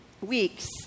weeks